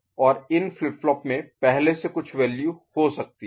और इन flip flop में पहले से कुछ वैल्यू हो सकती है